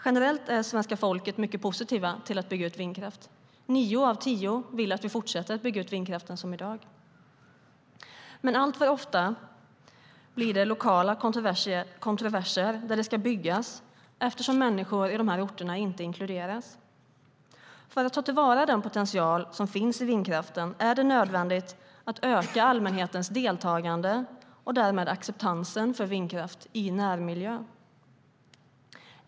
Generellt är svenska folket mycket positivt till att bygga ut vindkraft. Nio av tio vill att vi fortsätter att bygga ut vindkraften som i dag. Men alltför ofta blir det lokala kontroverser där det ska byggas vindkraftverk eftersom människor i orterna inte inkluderas. För att ta till vara den potential som finns i vindkraften är det nödvändigt att öka allmänhetens deltagande och därmed acceptans för vindkraft i närmiljö.